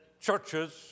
churches